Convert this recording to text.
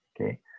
Okay